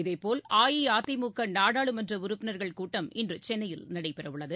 இதேபோல் அஇஅதிமுக நாடாளுமன்ற உறுப்பினர்கள் கூட்டம் இன்று சென்னையில் நடைபெறவுள்ளது